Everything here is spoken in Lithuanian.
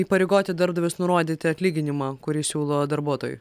įpareigoti darbdavius nurodyti atlyginimą kurį siūlo darbuotojui